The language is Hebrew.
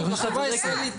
אני לא בא נגדך, חס וחלילה.